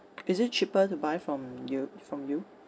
is it cheaper to buy from you from you